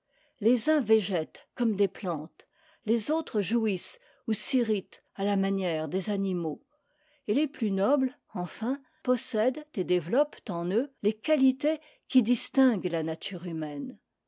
les uns végètent comme des plantes les autres jouissent ou s'irritent à la manière des animaux et les plus nobles enfin possèdent et développent en eux les quahtés qui distinguent la nature humaine